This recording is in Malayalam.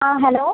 ആ ഹലോ